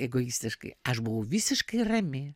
egoistiškai aš buvau visiškai rami